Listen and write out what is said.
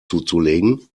zuzulegen